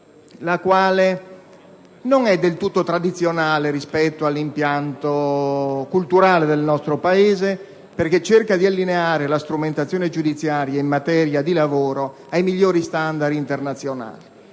la quale non è del tutto tradizionale rispetto all'impianto culturale del nostro Paese, perché cerca di allineare la strumentazione giudiziaria in materia di lavoro ai migliori standard internazionali.